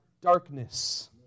darkness